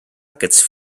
aquests